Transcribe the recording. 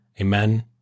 Amen